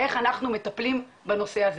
איך אנחנו מטפלים בנושא הזה?